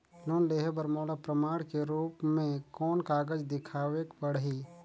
Loan लेहे बर मोला प्रमाण के रूप में कोन कागज दिखावेक पड़ही?